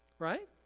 right